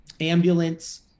Ambulance